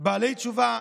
בעלי תשובה,